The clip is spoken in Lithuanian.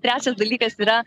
trečias dalykas yra